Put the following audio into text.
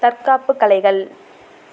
தற்காப்புக் கலைகள்